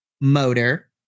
motor